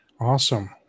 Awesome